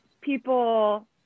people